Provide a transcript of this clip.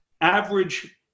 average